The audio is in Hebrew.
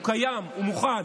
הוא קיים, הוא מוכן.